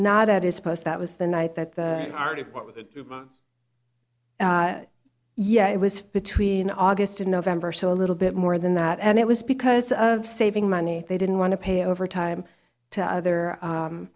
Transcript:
not at his post that was the night that the yeah it was between august to november so a little bit more than that and it was because of saving money they didn't want to pay overtime to other